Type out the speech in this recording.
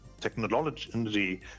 Technology